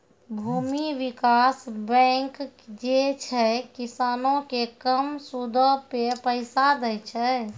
भूमि विकास बैंक जे छै, किसानो के कम सूदो पे पैसा दै छे